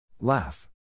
Laugh